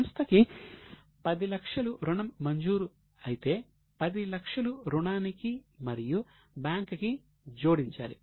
సంస్థకి 10 లక్షలు రుణం మంజూరు అయితే 10 లక్షలు రుణానికి మరియు బ్యాంక్ కి జోడించాలి